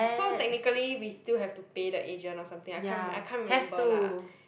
so technically we still have to pay the agent or something ah I can't I can't remember lah